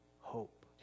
hope